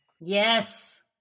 Yes